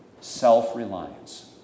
Self-reliance